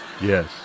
Yes